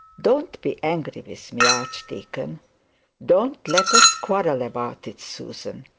don't be angry with me, archdeacon don't let us quarrel about it, susan.